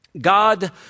God